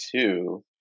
two